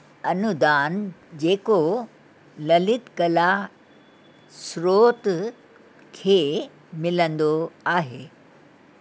अनूदानु जेको ललित कला स्रोत खे मिलंदो आहे